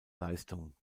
leistung